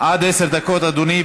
עד עשר דקות, אדוני.